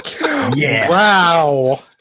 Wow